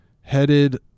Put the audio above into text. headed